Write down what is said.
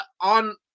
on